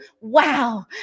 wow